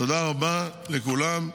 תודה רבה לכולם.